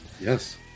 Yes